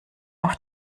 auf